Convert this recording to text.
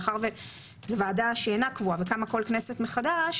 מאחר שזו ועדה שאינה קבועה וקמה בכל כנסת מחדש,